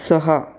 सहा